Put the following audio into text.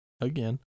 again